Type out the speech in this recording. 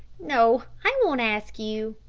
no, i won't ask you.